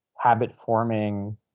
habit-forming